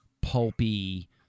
pulpy